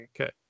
Okay